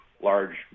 large